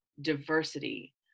diversity